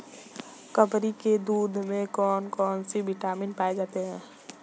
बकरी के दूध में कौन कौनसे प्रोटीन पाए जाते हैं?